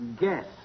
Guess